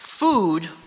Food